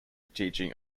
teaching